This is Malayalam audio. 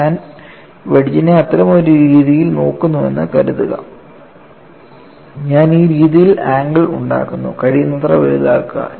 ഞാൻ വെഡ്ജിനെ അത്തരമൊരു രീതിയിൽ നോക്കുന്നുവെന്ന് കരുതുക ഞാൻ ഈ രീതിയിൽ ആംഗിൾ ഉണ്ടാക്കുന്നു കഴിയുന്നത്ര വലുതാക്കുക